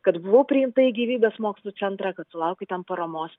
kad buvau priimta į gyvybės mokslų centrą kad sulaukiau ten paramos